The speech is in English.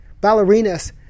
Ballerinas